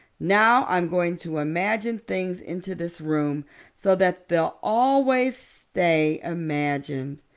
now i'm going to imagine things into this room so that they'll always stay imagined.